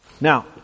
Now